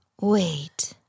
wait